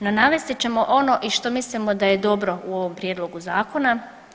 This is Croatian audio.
No navesti ćemo ono i što mislimo da je dobro u ovom prijedlogu zakona.